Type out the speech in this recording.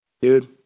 dude